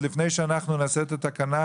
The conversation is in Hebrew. עוד לפני שאנחנו נעשה את התקנה,